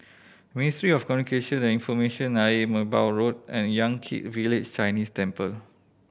Ministry of Communication and Information Ayer Merbau Road and Yan Kit Village Chinese Temple